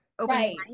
right